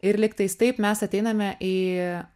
ir lygtais taip mes ateiname į